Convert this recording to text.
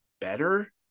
better